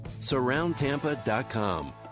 surroundtampa.com